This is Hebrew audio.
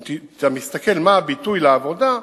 אם אתה מסתכל מה הביטוי לעבודה,